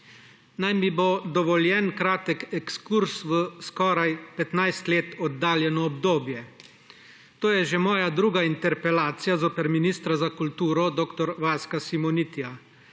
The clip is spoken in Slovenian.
Naj mi bo dovoljen kratek ekskurz v skoraj 15 let oddaljeno obdobje. To je že moja druga interpelacija zoper ministra za kulturo dr. Vaska Simonitija.